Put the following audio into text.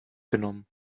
genommen